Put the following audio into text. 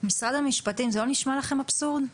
משרד המשפטים, זה לא נשמע לכם אבסורד?